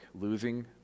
losing